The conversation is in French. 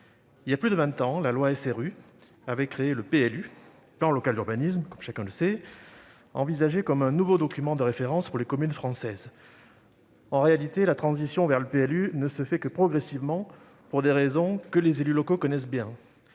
renouvellement urbains, dite loi SRU, a instauré le plan local d'urbanisme (PLU), envisagé comme un nouveau document de référence pour les communes françaises. En réalité, la transition vers le PLU ne se fait que progressivement, pour des raisons que les élus locaux connaissent bien